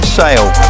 sale